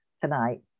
tonight